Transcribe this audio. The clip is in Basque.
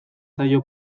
zaio